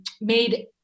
made